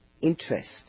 interest